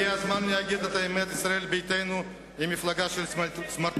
הגיע הזמן להגיד את האמת: ישראל ביתנו היא מפלגה של סמרטוטים,